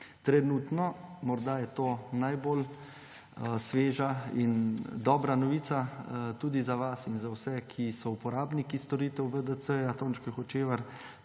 Trenutno, morda je to najbolj sveža in dobra novica tudi za vas in za vse, ki so uporabniki storitev VDC Tončke Hočevar,